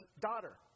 daughter